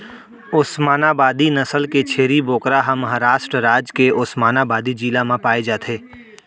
ओस्मानाबादी नसल के छेरी बोकरा ह महारास्ट राज के ओस्मानाबादी जिला म पाए जाथे